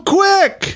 quick